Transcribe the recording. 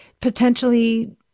potentially